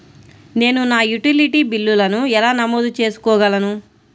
నేను నా యుటిలిటీ బిల్లులను ఎలా నమోదు చేసుకోగలను?